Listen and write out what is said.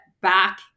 back